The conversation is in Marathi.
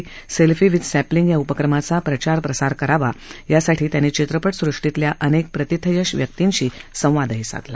सेल्फी विथ सॅपलींग या उपक्रमाचा प्रचार प्रसार करावा यासाठी त्यांनी चित्रपट सृष्टीतल्या अनेक प्रतिथयश व्यक्तींशी संवादही साधला